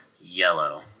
yellow